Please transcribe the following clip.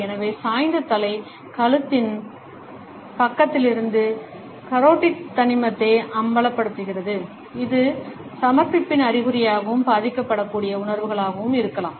எனவே சாய்ந்த தலை கழுத்தின் பக்கத்திலுள்ள கரோடிட் தமனியை அம்பலப்படுத்துகிறது இது சமர்ப்பிப்பின் அறிகுறியாகவும் பாதிக்கப்படக்கூடிய உணர்வுகளாகவும் இருக்கலாம்